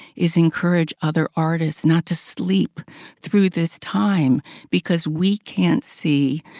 is encourage other artists not to sleep through this time because we can't see,